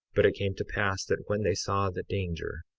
but it came to pass that when they saw the danger,